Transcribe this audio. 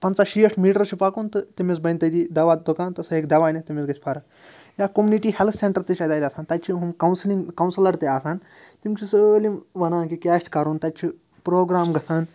پَنٛژاہ شیٹھ میٖٹر چھُ پَکُن تہٕ تٔمِس بَنہِ تٔتی دَوا دُکان تہٕ سُہ ہیٚکہِ دَوا أنِتھ تٔمِس گژھِ فرق یا کوٚمنِٹی ہٮ۪لتھ سیٚنٹَر تہِ چھِ تَتہِ آسان تَتہِ چھِ ہُم کَوسِلِنٛگ کَوسَلَر تہِ آسان تِم چھِ سٲلِم وَنان کہِ کیٛاہ چھِ کَرُن تَتہِ چھِ پرٛوگرام گَژھان